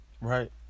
right